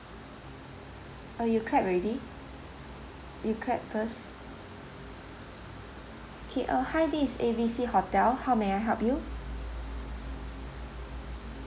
uh you clap already you clap first K uh hi this is A B C hotel how may I help you